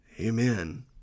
amen